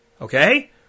Okay